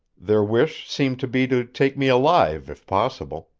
their wish seemed to be to take me alive if possible.